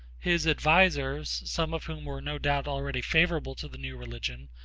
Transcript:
his advisers, some of whom were no doubt already favorable to the new religion,